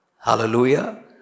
Hallelujah